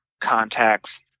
contacts